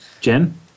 Jen